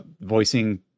voicing